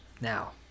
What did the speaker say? Now